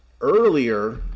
earlier